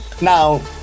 Now